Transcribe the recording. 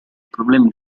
problemi